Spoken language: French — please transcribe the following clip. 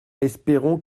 espérons